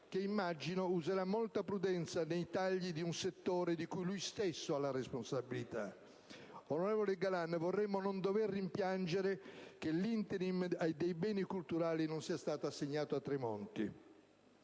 che, immagino, userà molta prudenza nei tagli ad un settore di cui lui stesso ha la responsabilità. Onorevole Galan, vorremmo non dover rimpiangere che l'*interim* dei Beni culturali non sia stato assegnato a Tremonti.